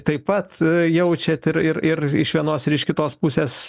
taip pat jaučiat ir ir ir iš vienos ir iš kitos pusės